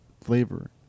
flavor